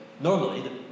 Normally